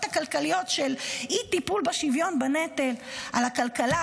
הכלכליות של אי-טיפול בשוויון בנטל על הכלכלה,